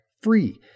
free